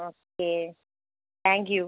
okay thank you